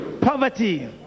poverty